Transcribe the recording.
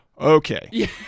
okay